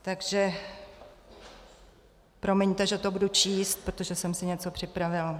Takže promiňte, že to budu číst, protože jsem si něco připravila.